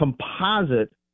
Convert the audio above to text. composite